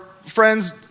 Friends